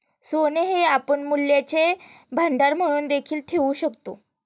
सोने हे आपण मूल्यांचे भांडार म्हणून देखील ठेवू शकतो